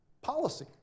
policy